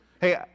Hey